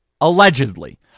allegedly